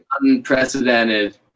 unprecedented